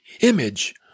image